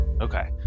Okay